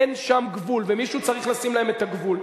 אין שם גבול, ומישהו צריך לשים להם את הגבול.